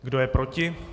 Kdo je proti?